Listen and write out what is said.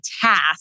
task